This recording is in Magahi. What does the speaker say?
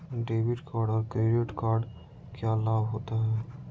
डेबिट कार्ड और क्रेडिट कार्ड क्या लाभ होता है?